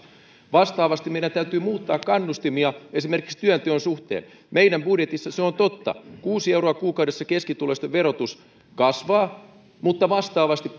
vastaavasti meidän täytyy muuttaa kannustimia esimerkiksi työnteon suhteen meidän budjetissamme se on totta kuusi euroa kuukaudessa keskituloisten verotus kasvaa mutta vastaavasti